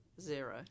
zero